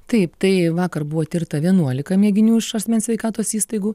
taip tai vakar buvo tirta vienuolika mėginių iš asmens sveikatos įstaigų